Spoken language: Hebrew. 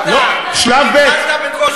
לא עשית.